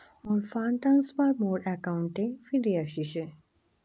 মোর fund transfer মোর অ্যাকাউন্টে ফিরি আশিসে